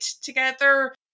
together